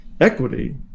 equity